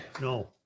No